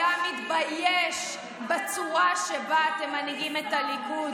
היה מתבייש בצורה שבה אתם מנהיגים את הליכוד.